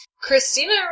Christina